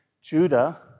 Judah